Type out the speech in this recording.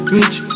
Rich